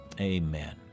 Amen